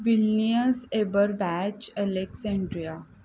Vilnius Eberbach Alexandria